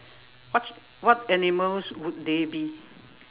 what's what animals would they be